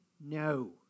No